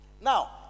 Now